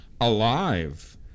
alive